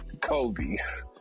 Kobe's